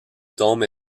tombes